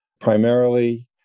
primarily